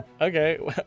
Okay